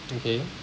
okay